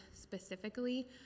specifically